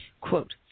Quote